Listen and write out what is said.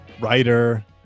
writer